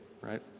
right